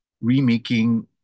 remaking